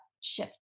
shift